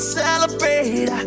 celebrate